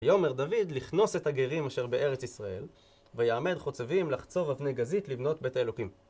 ויאמר דוד לכנוס את הגרים אשר בארץ ישראל ויעמד חוצבים לחצוב אבני גזית לבנות בית אלוקים.